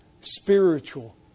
spiritual